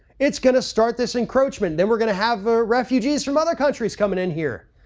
it's going to start this encroachment. then we're going to have ah refugees from other countries coming in here,